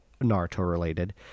Naruto-related